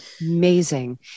Amazing